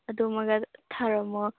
ꯑꯗꯨꯃꯒ ꯊꯥꯔꯝꯃꯣ